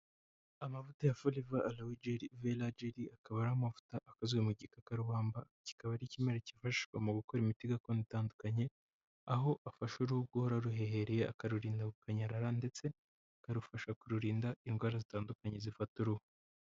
Amavuta ya forever aloe vera gel, akaba ari amavuta akozwe mu gikakarubamba, kikaba ari ikimera kifashishwa mu gukora imiti gakondo itandukanye, aho afasha uruhu guhora ruhehereye, akarurinda gukanyarara ndetse akarufasha kururinda indwara zitandukanye zifata uruhu.